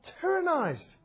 tyrannized